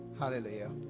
hallelujah